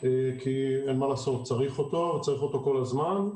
כי אין מה לעשות, צריך אותו וצריך אותו כל הזמן,